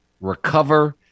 recover